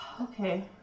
Okay